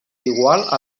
igual